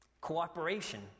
cooperation